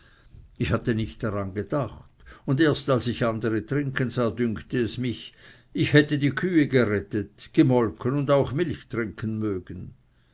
ich hatte nicht daran gedacht und erst als ich andere trinken sah dünkte es mich ich hätte die kühe gerettet gemolken und auch milch trinken mögen